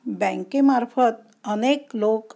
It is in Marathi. बँकेमार्फत अनेक लोक